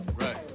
Right